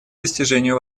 достижению